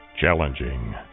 Challenging